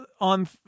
on